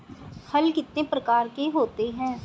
हल कितने प्रकार के होते हैं?